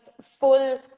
full